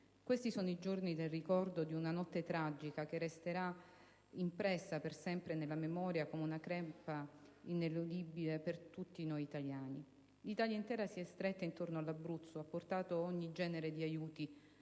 Questi sono i giorni del ricordo di una notte tragica che resterà impressa per sempre nella memoria come una crepa ineludibile per tutti noi italiani. L'Italia intera si è stretta intorno all'Abruzzo: ha portato ogni genere di aiuto